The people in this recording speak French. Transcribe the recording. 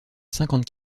cinquante